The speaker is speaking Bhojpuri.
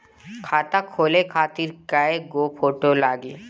खाता खोले खातिर कय गो फोटो लागी?